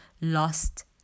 lost